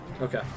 Okay